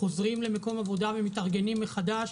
חוזרים למקום עבודה ןמתארגנים מחדש,